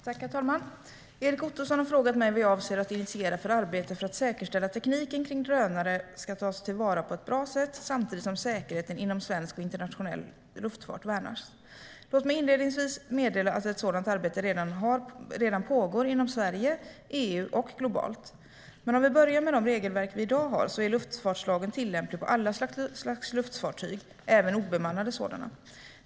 Herr talman! Erik Ottoson har frågat mig vad jag avser att initiera för arbete för att säkerställa att tekniken kring drönare tas till vara på ett bra sätt samtidigt som säkerheten inom svensk och internationell luftfart värnas. Låt mig inledningsvis meddela att ett sådant arbete redan pågår inom Sverige, inom EU och globalt. Men för att börja med de regelverk vi har i dag är luftfartslagen tillämplig på alla slags luftfartyg, även obemannade sådana.